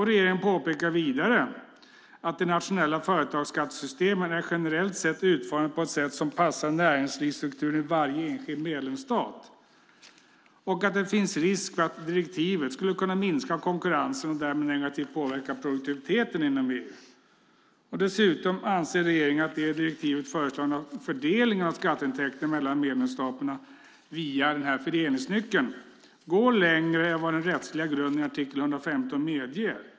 Regeringen påpekar vidare att de nationella företagsskattesystemen generellt sett är utformade på ett sätt som passar näringslivsstrukturen i varje enskild medlemsstat och att det finns en risk för att direktivet skulle kunna minska konkurrensen och därmed negativt påverka produktiviteten inom EU. Dessutom anser regeringen att den i direktivet föreslagna fördelningen av skatteintäkter mellan medlemsstaterna via den här fördelningsnyckeln går längre än vad den rättsliga grunden i artikel 115 medger.